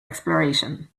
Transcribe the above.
exploration